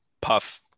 puff